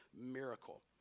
miracle